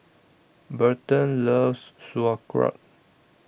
Burton loves Sauerkraut